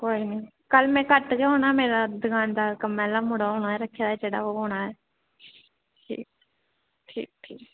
कोई नी कल मै घट्ट गै होना ऐ मेरा दकानदार कम्मै आह्ला मुड़ा होना रक्खे दा जेह्ड़ा ओह् होना ऐ ठीक ठीक ठीक